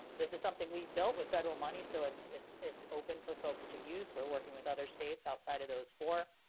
um this is something we've built with federal money so it's it's it's open for folks to use. we're working with other states outside of those four